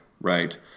right